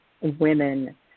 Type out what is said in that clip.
women